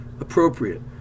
appropriate